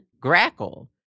grackle